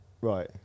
Right